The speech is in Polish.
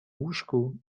łóżku